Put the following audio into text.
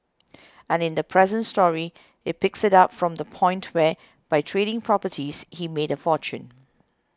and in the present story it picks it up from the point where by trading properties he's made a fortune